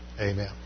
Amen